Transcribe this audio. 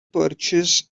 purchase